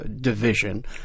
division